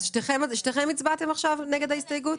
שתיכן הצבעתן עכשיו נגד ההסתייגות.